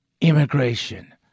immigration